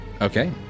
Okay